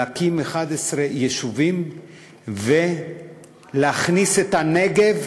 להקים 11 יישובים ולהפוך את הנגב